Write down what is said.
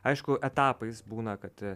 aišku etapais būna kad